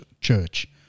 church